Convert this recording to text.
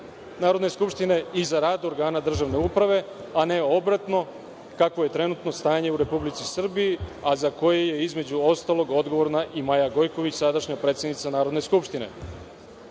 Narodne skupštine i za rad organa državne uprave, a ne obratno, kako je trenutno stanje u Republici Srbiji a za koji je, između ostalog, odgovorna i Maja Gojković, sadašnja predsednica Narodne skupštine. Nepotrebni